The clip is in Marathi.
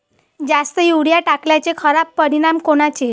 जास्त युरीया टाकल्याचे खराब परिनाम कोनचे?